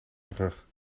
terug